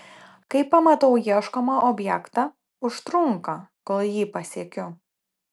kai pamatau ieškomą objektą užtrunka kol jį pasiekiu